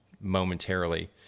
momentarily